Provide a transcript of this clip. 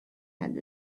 had